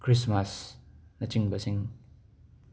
Christmas ꯅꯆꯤꯡꯕꯁꯤꯡ